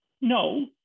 No